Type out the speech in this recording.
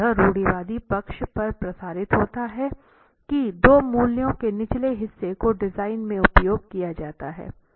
और यह रूढ़िवादी पक्ष पर प्रसारित होता है कि दो मूल्यों के निचले हिस्से को डिजाइन में उपयोग किया जाता है